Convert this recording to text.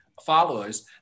followers